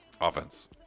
Offense